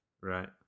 right